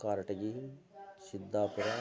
Karatagi Siddapura